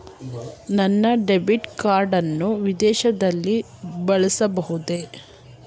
ನನ್ನ debit card ಅನ್ನು ವಿದೇಶದಲ್ಲಿ ಬಳಸಬಹುದೇ?